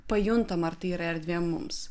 pajuntam ar tai yra erdvė mums